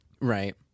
Right